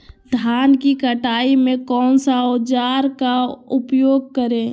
धान की कटाई में कौन सा औजार का उपयोग करे?